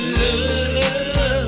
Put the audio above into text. love